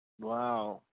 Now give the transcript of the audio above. Wow